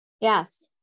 Yes